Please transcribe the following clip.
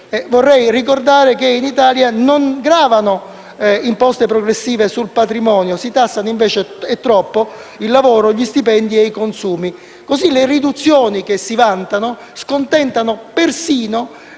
Vorrei ricordare che in Italia non gravano imposte progressive sul patrimonio, mentre si tassano - e troppo - il lavoro, gli stipendi e i consumi. In questo modo le riduzioni che si vantano scontentano persino